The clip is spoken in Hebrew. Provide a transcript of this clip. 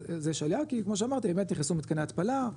אז יש עלייה כי כמו שאמרתי באמת נכנסו מתקני התפלה,